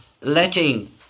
letting